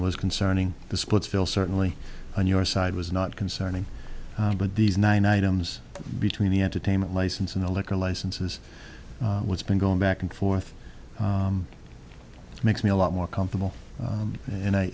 was concerning the splitsville certainly on your side was not concerning but these nine items between the entertainment license and a liquor license is what's been going back and forth makes me a lot more comfortable and i